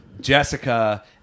Jessica